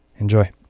Enjoy